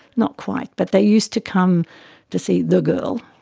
not quite, but they used to come to see the girl.